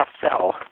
sell